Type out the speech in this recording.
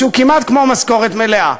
שהוא כמעט כמו משכורת מלאה.